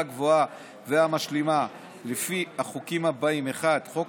הגבוהה והמשלימה לפי החוקים הבאים: 1. חוק